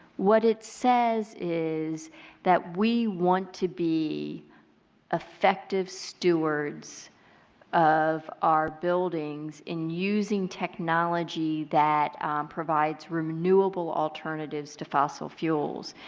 what it says is that we want to be effective stewards of our buildings in using technology that provides renewable alternatives to fossil fuels.